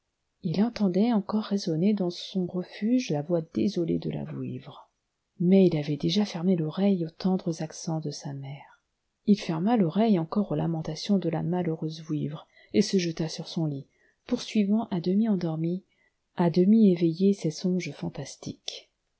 il entendait encore résonner dans son refuge la voix désolée de la vouivre mais il avait déjà fermé l'oreille aux tendres accents de sa mère il ferma l'oreille encore aux lamentations de la malheureuse vouivre et se jeta sur son lit poursuivant à demi endormi j demi éveillé ses songes fantastiques